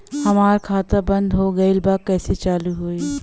हमार खाता बंद हो गईल बा कैसे चालू होई?